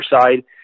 side